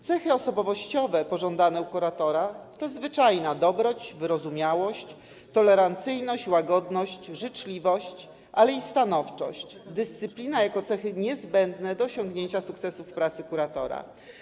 Cechy osobowościowe pożądane u kuratora to zwyczajna dobroć, wyrozumiałość, tolerancyjność, łagodność, życzliwość, ale i stanowczość, dyscyplina jako cechy niezbędne do osiągnięcia sukcesu w pracy kuratora.